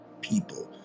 people